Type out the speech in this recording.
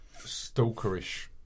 stalkerish